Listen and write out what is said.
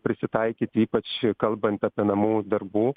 prisitaikyti ypač kalbant apie namų darbų